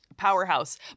powerhouse